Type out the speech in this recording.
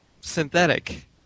synthetic